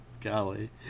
golly